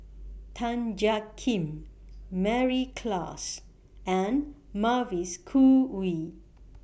Tan Jiak Kim Mary Klass and Mavis Khoo Oei